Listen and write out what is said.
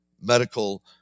medical